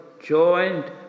joined